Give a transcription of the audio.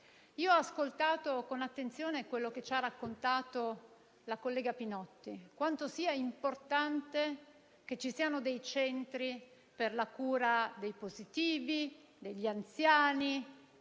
Ho ascoltato con attenzione quello che ci ha raccontato la collega Pinotti, quanto sia importante che ci siano dei centri per la cura dei positivi, degli anziani,